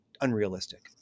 unrealistic